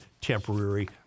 temporary